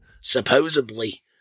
supposedly